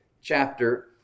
chapter